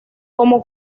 como